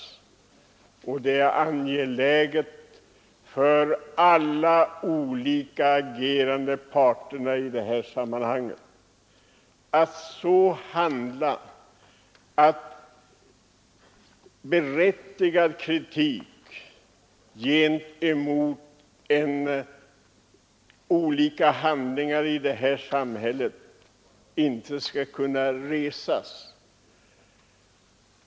Det är angeläget för samtliga agerande parter i detta sammanhang att så handla att berättigad kritik gentemot olika handlingar i vårt sam hälle inte skall kunna resas.